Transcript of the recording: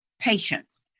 Patience